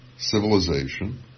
civilization